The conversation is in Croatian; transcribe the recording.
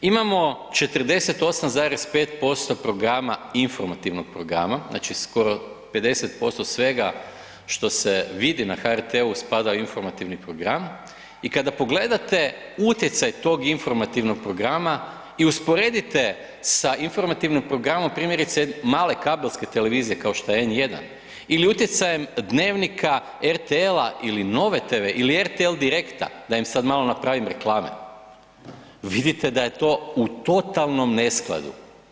Imamo 48,5% programa informativnog programa znači skoro 50% svega što se vidi na HRT-u spada u informativni program i kada pogledate utjecaj tog informativnog programa i usporedite sa informativnim programom primjerice male kabelske televizije kao što je N1 ili utjecajem „Dnevnika“ RTL-a ili Nove TV ili RTL „Direkta“, da im sada malo napravim reklame, vidite da je to u totalnom neskladu.